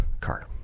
car